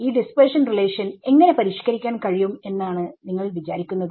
ഈ dispersion relation എങ്ങനെ പരിഷ്ക്കരിക്കാൻ കഴിയും എന്നാണ് നിങ്ങൾ വിചാരിക്കുന്നത്